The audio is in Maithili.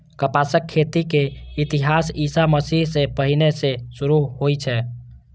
कपासक खेती के इतिहास ईशा मसीह सं पहिने सं शुरू होइ छै